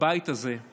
בבית הזה,